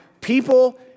people